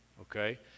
Okay